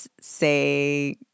say